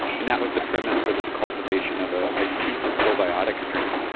and that was the premise for the cultivation of ah a super probiotic strain.